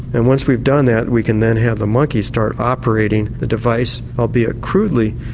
and once we've done that we can then have the monkey start operating the device, albeit crudely,